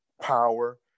power